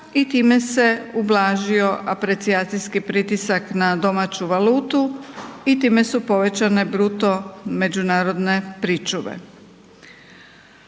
i time se ublažio aprecijacijski pritisak na domaću valutu i time su povećane bruto međunarodne pričuve.